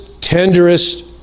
tenderest